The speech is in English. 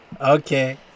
Okay